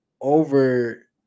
over